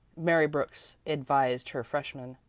mary brooks advised her freshmen.